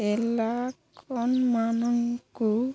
ମାନଙ୍କୁ